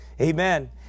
Amen